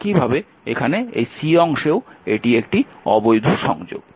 একইভাবে এখানে এই অংশেও এটি অবৈধ সংযোগ